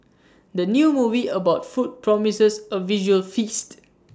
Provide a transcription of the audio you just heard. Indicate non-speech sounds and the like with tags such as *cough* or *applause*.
*noise* the new movie about food promises A visual feast